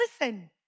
listen